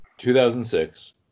2006